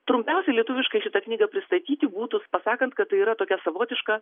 trumpiausiai lietuviškai šita knyga pristatyti būtų pasakant kad yra tokia savotiška